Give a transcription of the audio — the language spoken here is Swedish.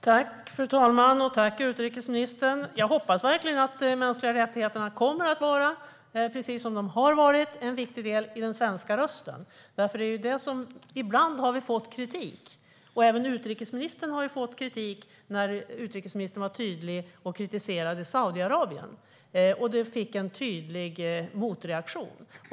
Fru talman! Jag tackar utrikesministern för detta. Jag hoppas verkligen att de mänskliga rättigheterna kommer att vara, precis som de har varit, en viktig del i den svenska rösten. Ibland har vi fått kritik. Även utrikesministern har fått kritik när hon var tydlig och kritiserade Saudiarabien. Det blev en tydlig motreaktion.